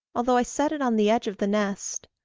although i set it on the edge of the nest.